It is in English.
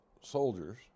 soldiers